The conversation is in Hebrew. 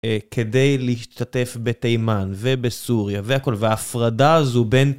כדי להשתתף בתימן ובסוריה והכול, וההפרדה הזו בין...